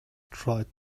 tried